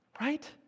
Right